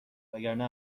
وگرنه